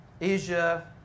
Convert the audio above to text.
Asia